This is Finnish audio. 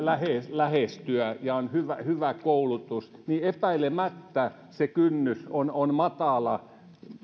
lähestyä ja on hyvä hyvä koulutus niin epäilemättä se kynnys on on matala